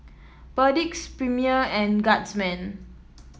Perdix Premier and Guardsman